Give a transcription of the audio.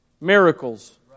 Miracles